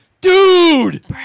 Dude